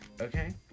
okay